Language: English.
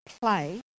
play